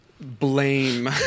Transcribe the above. blame